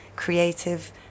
creative